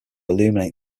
illuminate